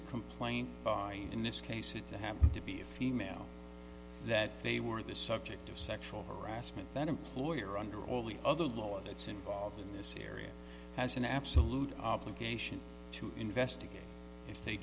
a complaint in this case it happened to be a female that they were the subject of sexual harassment that employer under all the other lower that's involved in this area has an absolute obligation to investigate if they